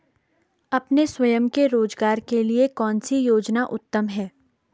अपने स्वयं के रोज़गार के लिए कौनसी योजना उत्तम है?